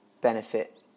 benefit